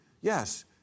yes